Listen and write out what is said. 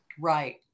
right